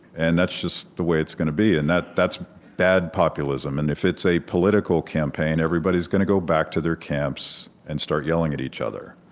and that's just the way it's gonna be. and that's bad populism. and if it's a political campaign, everybody is gonna go back to their camps and start yelling at each other.